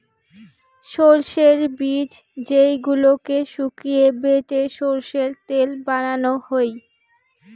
সরষের বীজ যেইগুলোকে শুকিয়ে বেটে সরষের তেল বানানো হই